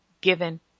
given